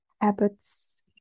habits